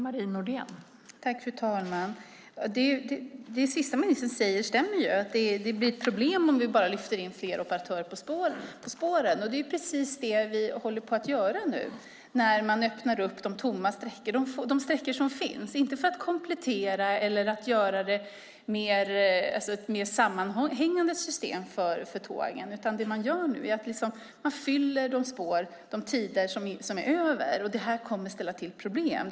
Fru talman! Det sista ministern sade stämmer, nämligen att det blir problem om vi bara lyfter in fler operatörer på spåren. Det är precis det vi håller på att göra när de sträckor som finns öppnas. Det är inte för att komplettera eller för att skapa ett mer sammanhängande system för tågen. Nu fylls de tider som finns över på spåren. Det kommer att ställa till problem.